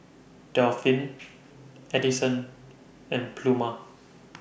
Delphin Adyson and Pluma